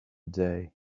day